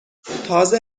تازه